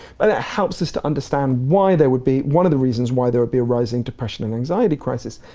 but it helps us to understand why there would be, one of the reasons why there would be a rise in depression and anxiety crisis.